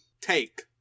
take